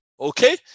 Okay